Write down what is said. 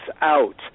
out